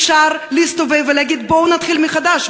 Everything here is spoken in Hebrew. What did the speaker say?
אפשר להסתובב ולהגיד: בואו נתחיל מחדש,